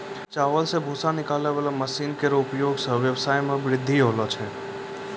चावल सें भूसी निकालै वाला मसीन केरो उपयोग सें ब्यबसाय म बृद्धि होलो छै